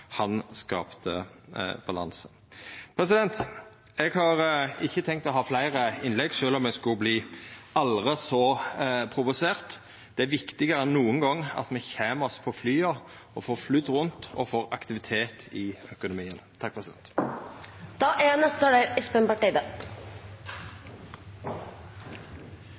han skapte balanse. Eg har ikkje tenkt å ha fleire innlegg, sjølv om eg skulle verta aldri så provosert. Det er viktigare enn nokon gong at me kjem oss på flya og får flydd rundt og får aktivitet i økonomien. Arbeiderpartiets næringspolitikk er en veldig viktig del av